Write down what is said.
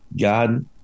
God